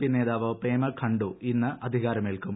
P നേതാവ് പേമ ഖണ്ഡു ഇന്ന് അധികാരമേൽക്കും